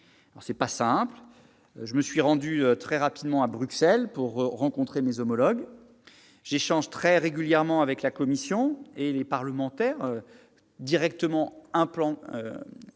Ce n'est pas simple. Je me suis rendu très rapidement à Bruxelles pour rencontrer mes homologues. J'échange très régulièrement avec la Commission et les parlementaires impliqués